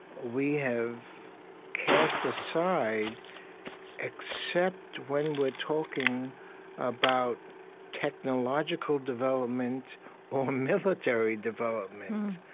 we have cast aside except when we're talking about technological development or military development.